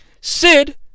Sid